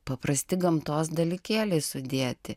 paprasti gamtos dalykėliai sudėti